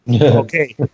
Okay